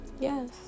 yes